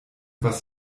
was